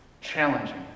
challenging